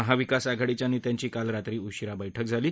महाविकास आघाडीच्या नेत्यांची काल रात्री उशीरा बैठक झाली